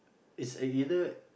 it's ei~ either